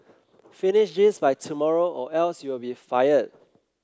finish this by tomorrow or else you'll be fired